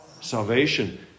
Salvation